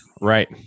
right